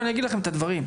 אני אגיד לכם את הדברים.